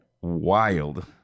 wild